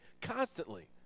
constantly